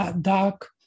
dark